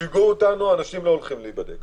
שיגעו אותנו, אמרו שאנשים לא הולכים להיבדק.